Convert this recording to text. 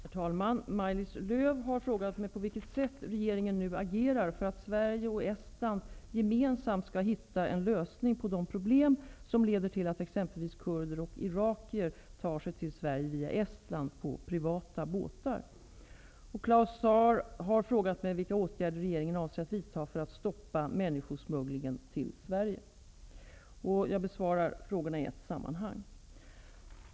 Herr talman! Maj-Lis Lööw har frågat mig på vilket sätt regeringen nu agerar för att Sverige och Estland gemensamt skall hitta en lösning på de problem som leder till att exempelvis kurder och irakier tar sig till Sverige via Estland på privata båtar. Claus Zaar har frågat mig vilka åtgärder regeringen avser att vidta för att stoppa människosmugglingen till Sverige. Jag besvarar frågorna i ett sammanhang.